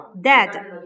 Dad